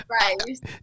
Right